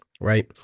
right